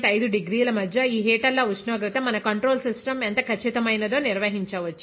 5 డిగ్రీల మధ్య ఈ హీటర్ల ఉష్ణోగ్రత మన కంట్రోల్ సిస్టమ్ ఎంత ఖచ్చితమైన దో నిర్వహించవచ్చు